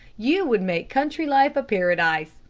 you would make country life a paradise,